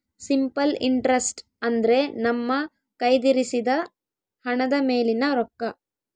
simple interest ಅಂದ್ರೆ ನಮ್ಮ ಕಯ್ದಿರಿಸಿದ ಹಣದ ಮೇಲಿನ ರೊಕ್ಕ